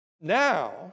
now